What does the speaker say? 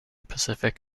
pacific